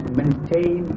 maintain